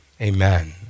amen